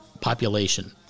population